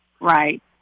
Right